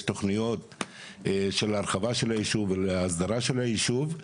יש תכניות להרחבה של הישוב ולהסדרה של הישוב.